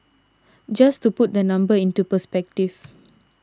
just to put the number into perspective